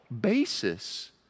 basis